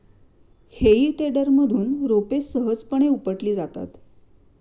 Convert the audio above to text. हेई टेडरमधून रोपे सहजपणे उपटली जातात